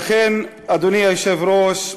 אדוני היושב-ראש,